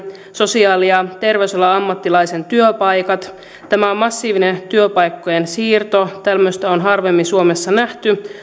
sosiaali ja terveysalan ammattilaisen työpaikat tämä on massiivinen työpaikkojen siirto tämmöistä on harvemmin suomessa nähty